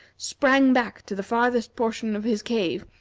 sprang back to the farthest portion of his cave,